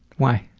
why